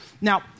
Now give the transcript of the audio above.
Now